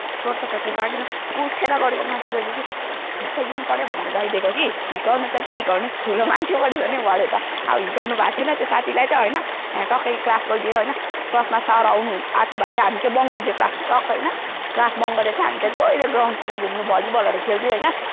चोट पटक चाहिँ लागेन उठे्र गएर चाहिँ माथि गइदियो के हिर्काइदिनु पऱ्यो भनेर गइदिएको कि हिर्काउनु त के हिर्काउनु ठुलो मान्छे पो रहेछ नि भरे त अब हिर्काउनु भएको छैन त्यो साथीलाई त होइन ट्क्कै क्लास गइदियो होइन क्लासमा सर आउनु आट्नुभएको थियो हामी चाहिँ बङ् गरिदियो क्लास ट्क्कै होइन क्लास बङ् गरेर चाहिँ हामी त गइदियो ग्राउन्डतिर घुम्नु भलिबलहरू खेल्दै होइन